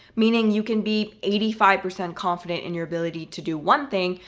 meaning you can be eighty five percent confident in your ability to do one thing,